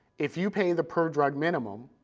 if you pay the per drug minimum,